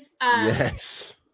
Yes